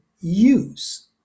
use